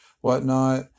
whatnot